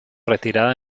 retirada